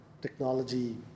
technology